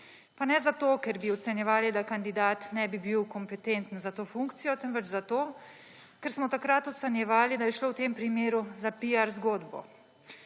Pa ne zato, ker bi ocenjevali, da kandidat nebi bil kompetenten za to funkcijo, temveč zato, ker smo takrat ocenjevali, da je šlo v tem primeru za piar zgodbo.